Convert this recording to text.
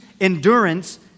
endurance